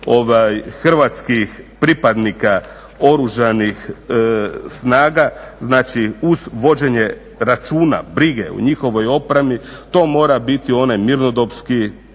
hrvatskih pripadnika Oružanih snaga, znači uz vođenje računa, brige o njihovoj opremi, to mora biti onaj … naglasak